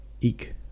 Eek